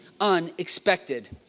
unexpected